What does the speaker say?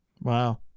Wow